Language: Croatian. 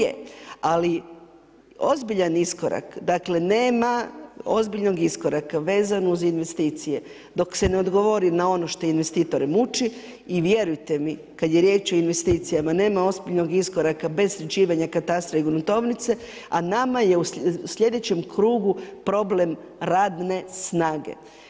Ali ozbiljan iskorak, dakle nema ozbiljnog iskoraka vezano uz investicije dok se ne odgovori što investitore muči i vjerujte mi kad je riječ o investicijama nema ozbiljnog iskoraka bez sređivanja katastra i gruntovnice, a nama je u sljedećem krugu problem radne snage.